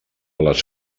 les